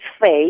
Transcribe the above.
face